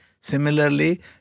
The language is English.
Similarly